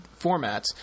formats